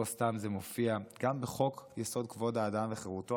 לא סתם זה מופיע גם בחוק-יסוד: כבוד האדם וחירותו,